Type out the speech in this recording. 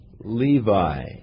Levi